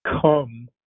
come